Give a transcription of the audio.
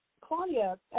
Claudia